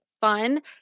fun